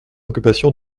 occupation